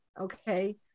okay